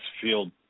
field